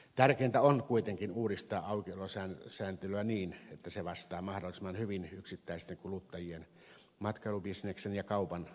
tärkeintä on kuitenkin uudistaa aukiolosääntelyä niin että se vastaa mahdollisimman hyvin yksittäisten kuluttajien matkailubisneksen ja kaupan elinkeinonharjoittajien tarpeita